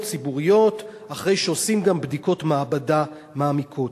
ציבוריות אחרי שעושים גם בדיקות מעבדה מעמיקות.